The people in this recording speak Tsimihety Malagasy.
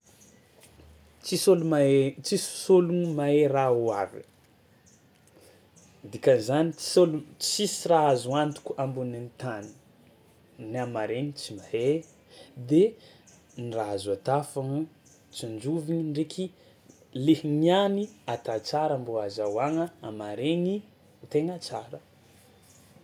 Tsisy ôlo mahay tsisy ôlogno mahay raha ho aviny, dikan'izany tsy ôl- tsisy raha azo antoko ambonin'ny tany, ny amarainy tsy mahay de ny raha azo ata foagna tsinjoviny ndraiky lehy niany ata tsara mbô azahoagna amaraigny tegna tsara.